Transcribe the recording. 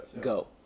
go